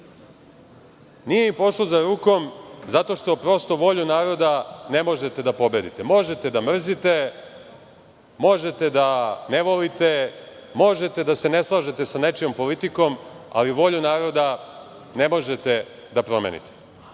Nije im pošlo za rukom zato što prosto voljom naroda možete da pobedite. Možete da mrzite, možete da ne volite, možete da se ne slažete sa nečijom politikom, ali volju naroda ne možete da promenite.